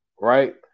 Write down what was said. Right